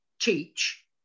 teach